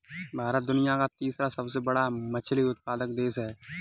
भारत दुनिया का तीसरा सबसे बड़ा मछली उत्पादक देश है